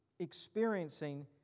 experiencing